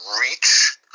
reach